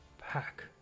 pack